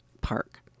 Park